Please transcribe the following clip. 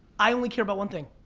i only care about one thing,